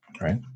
right